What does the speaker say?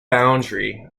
boundary